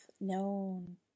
known